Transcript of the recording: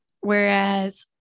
whereas